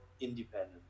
independent